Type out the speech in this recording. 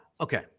okay